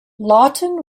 lawton